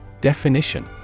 Definition